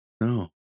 No